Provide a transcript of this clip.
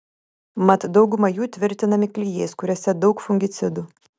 mat dauguma jų tvirtinami klijais kuriuose daug fungicidų